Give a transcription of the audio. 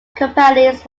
companies